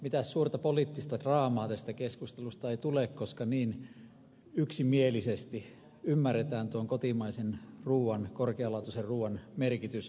mitään suurta poliittista draamaa tästä keskustelusta ei tule koska niin yksimielisesti ymmärretään tuon kotimaisen korkealaatuisen ruuan merkitys